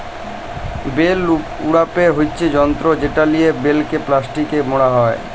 bell উড়াপের হচ্যে যন্ত্র যেটা লিয়ে বেলকে প্লাস্টিকে মড়া হ্যয়